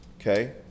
Okay